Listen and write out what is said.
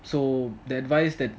so the advice that